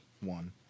one